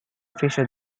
fisher